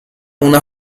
una